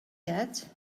yet